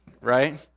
right